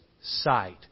sight